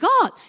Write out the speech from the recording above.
God